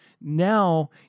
now